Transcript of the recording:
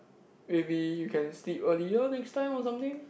maybe you can sleep earlier next time or something